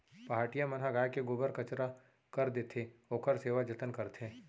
पहाटिया मन ह गाय के गोबर कचरा कर देथे, ओखर सेवा जतन करथे